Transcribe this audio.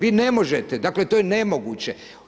Vi ne možete, dakle to je nemoguće.